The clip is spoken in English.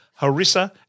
harissa